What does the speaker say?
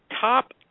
top